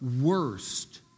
worst